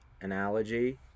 analogy